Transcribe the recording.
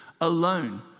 alone